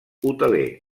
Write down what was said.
hoteler